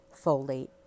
folate